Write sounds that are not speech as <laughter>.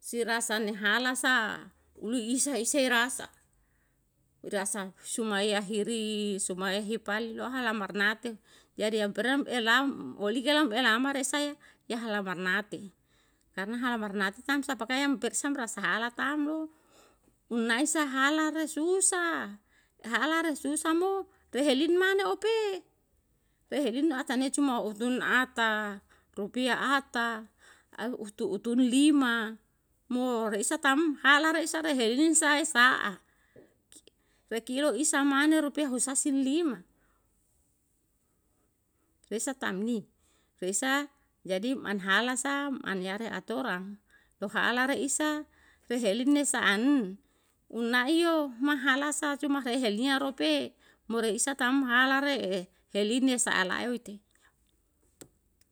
si rasane hala sa uli isa i se rasa, i rasa sumaya hiri sumaya hipali lou hala marnateo. jadi yam perem elam olike lam elama resaya ya hala marnate. karna hala marnate kan sapakayam samra sa hala ta'm. unae sa hala re susah, hala re susah mo tehelin mane ope, tehelin atane cuma utun ata, rupia ata <hesitation> utun lima, mo re isa ta'm hala re isa re heli sae sa'a. re kilo isa mane rupiah husasin lima, reisa ta'mni, reisa jadi m'an hala sa m'an yare atorang to hala re isa tehelin ne sa'an una i yo ma hala sa cuma rehel nia rope mo re isa ta'm hala re'e helin nie sa'a lae oite <noise>